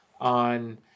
on